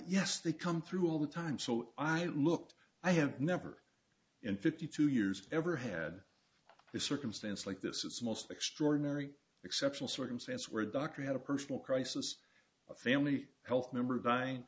yes they come through all the time so i looked i have never in fifty two years ever had a circumstance like this is most extraordinary exceptional circumstance where a doctor had a personal crisis a family health member dying